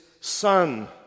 Son